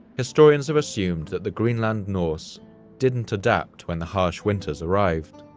historians have assumed that the greenland norse didn't adapt when the harsh winters arrived.